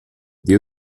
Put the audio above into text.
dio